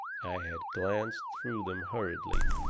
i had glanced through them hurriedly,